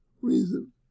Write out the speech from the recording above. reason